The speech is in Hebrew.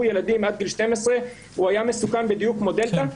ילדים עד גיל 12. הוא היה מסוכן בדיוק כמו דלתה,